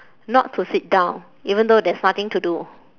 not to sit down even though there's nothing to do